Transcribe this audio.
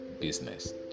business